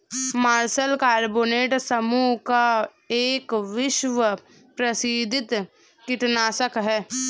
martial carbonate समूह का एक विश्व प्रसिद्ध कीटनाशक है